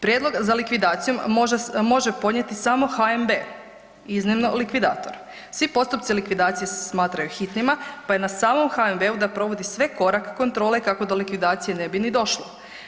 Prijedlog za likvidacijom može podnijeti samo HNB iznimno likvidator, svi postupci likvidacije se smatraju hitnima pa je na samom HNB-u da provodi sve korake kontrole kako do likvidacije ne bi ni došlo.